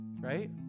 right